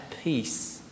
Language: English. peace